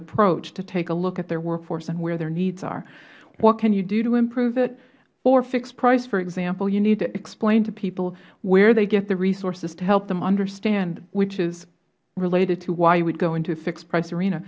approach to take a look at their workforce and where their needs are what can you do to improve it well fixed price for example you need to explain to people where they get the resources to help them understand which is related to why you would go into a fixed price arena